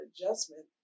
adjustment